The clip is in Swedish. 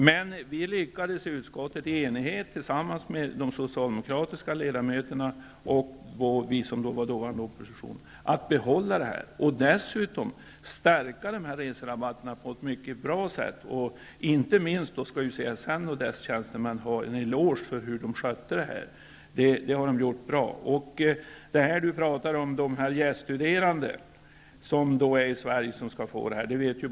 Men vi lyckades i utskottet i enighet -- de socialdemokratiska ledamöterna och vi som då var i opposition -- behålla dessa reserabatter och dessutom stärka dem på ett mycket bra sätt. Inte minst skall CSN och dess tjänstemän ha en eloge för det sätt på vilket de skött den här saken. Lena Öhrsvik talar om de gäststuderande i Sverige som skall få dessa reserabatter.